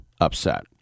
upset